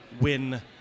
win